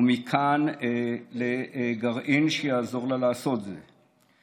ומכאן, לגרעין שיעזור לה לעשות את זה.